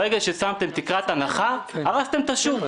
ברגע שקבעתם תקרת הנחה הרסתם את השוק.